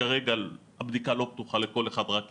כרגע הבדיקה לא פתוחה לכל אחד רק כי,